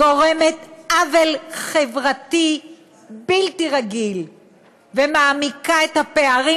גורם עוול חברתי בלתי רגיל ומעמיק את הפערים